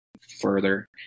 further